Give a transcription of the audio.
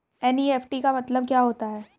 NEFT का मतलब क्या होता है?